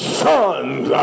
sons